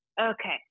Okay